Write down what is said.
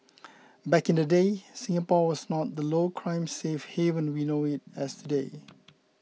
back in the day Singapore was not the low crime safe haven we know it as today